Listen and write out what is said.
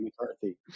McCarthy